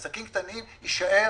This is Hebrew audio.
עסקים קטנים, יישאר